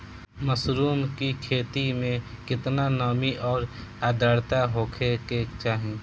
Mushroom की खेती में केतना नमी और आद्रता होखे के चाही?